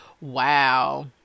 Wow